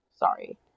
Sorry